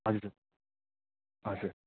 हजुर हजुर